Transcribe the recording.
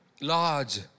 large